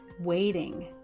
waiting